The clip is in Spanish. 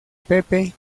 pepe